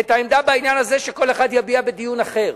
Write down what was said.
את העמדה בעניין הזה שכל אחד יביע בדיון אחר,